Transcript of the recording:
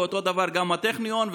ואותו דבר גם הטכניון,